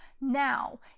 Now